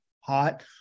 hot